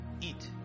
eat